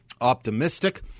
optimistic